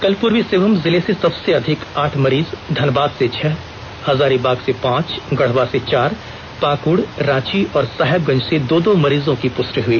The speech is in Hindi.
कल पूर्वी सिहंमूम जिले से सबसे अधिक आठ मरीज धनबाद से छह हजारीबाग से पांच गढ़वा से चार पाक्ड रांची और साहेबगंज से दो दो मरीजों की पुष्टि हुई